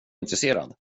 intresserad